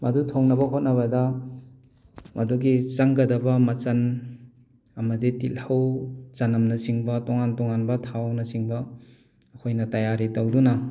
ꯑꯗꯨ ꯊꯣꯡꯅꯕ ꯍꯣꯠꯅꯕꯗ ꯑꯗꯨꯒꯤ ꯆꯪꯒꯗꯕ ꯃꯆꯜ ꯑꯃꯗꯤ ꯇꯤꯜꯍꯧ ꯆꯅꯝꯅ ꯆꯤꯡꯕ ꯇꯣꯉꯥꯟ ꯇꯣꯉꯥꯟꯕ ꯊꯥꯎꯅꯆꯤꯡꯕ ꯑꯩꯈꯣꯏꯅ ꯇꯌꯥꯔꯤ ꯇꯧꯗꯨꯅ